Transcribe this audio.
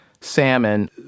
salmon